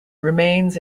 remains